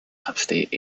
upstate